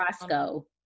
Roscoe